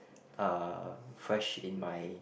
uh fresh in my